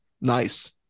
Nice